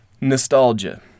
nostalgia